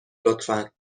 لطفا